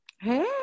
Hey